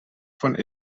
von